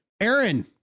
Aaron